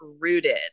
Rooted